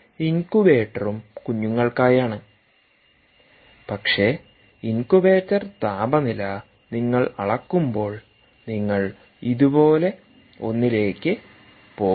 ഇൻകുബേറ്ററും കുഞ്ഞുങ്ങൾക്കായാണ് പക്ഷേ ഇൻക്യുബേറ്റർ താപനില നിങ്ങൾ അളക്കുമ്പോൾ നിങ്ങൾ ഇത് പോലെ ഒന്നിലേക്ക് പോകും